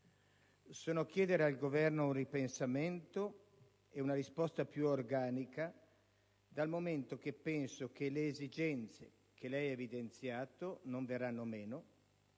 Sono a chiedere al Governo un ripensamento ed una risposta più organica, dal momento che penso che le esigenze che lei ha evidenziato non verranno meno,